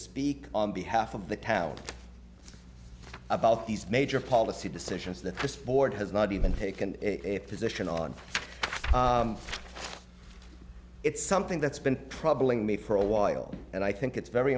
speak on behalf of the town about these major policy decisions that this board has not even taken a position on it's something that's been troubling me for a while and i think it's very